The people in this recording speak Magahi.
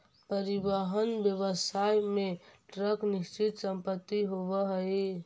परिवहन व्यवसाय में ट्रक निश्चित संपत्ति होवऽ हई